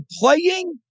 playing